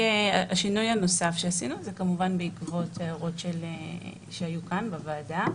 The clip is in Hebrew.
השינוי הנוסף שעשינו זה כמובן בעקבות הערות שהיו כאן בוועדה.